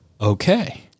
okay